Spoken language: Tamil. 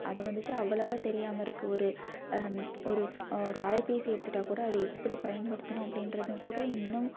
அது வந்துட்டு அவ்வளவாக தெரியாமல் இருக்கு ஒரு ஒரு ஒரு அலைப்பேசி எடுத்துட்டாக்கூட அதை எப்படி பயன்படுத்தணும் அப்படின்றதும் கூட இன்னும்